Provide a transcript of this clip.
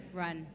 run